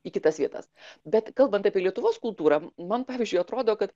į kitas vietas bet kalbant apie lietuvos kultūrą man pavyzdžiui atrodo kad